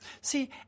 See